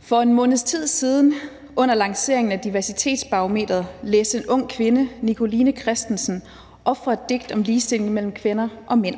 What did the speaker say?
For en måneds tid siden under lanceringen af Diversitetsbarometret læste en ung kvinde, Nicoline Christensen, op fra et digt om ligestilling mellem kvinder og mænd.